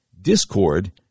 Discord